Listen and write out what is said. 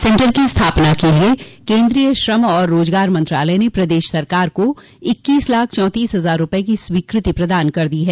centre की स्थापना के लिए केन्द्रीय श्रम और रोजगार मंत्रालय ने प्रदेश सरकार को इक्कीस लाख चौंतीस हजार रूपये की स्वीकृति प्रदान कर दी है